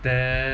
then